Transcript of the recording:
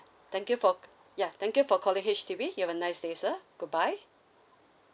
thank you for c~ ya thank you for calling H_D_B you have a nice day sir goodbye